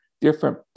different